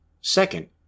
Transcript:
Second